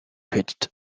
pitched